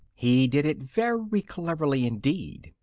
he did it very cleverly, indeed,